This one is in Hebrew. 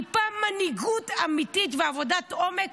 טיפה מנהיגות אמיתית ועבודת עומק,